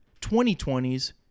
2020s